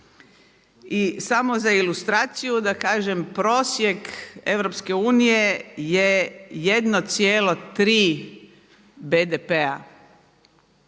I samo za ilustraciju da kažem prosjek EU je 2,3 BDP-a